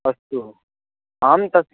अस्तु आं तस्य